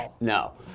No